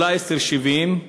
עולה 10.70 שקל,